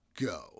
Go